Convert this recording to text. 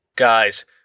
Guys